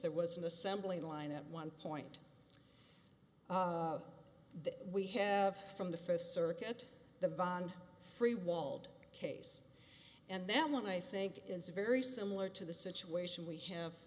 there was an assembly line at one point that we have from the first circuit the bond free walled case and then when i think it's very similar to the situation we have